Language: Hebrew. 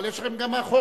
אבל יש לכם גם מאחור.